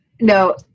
No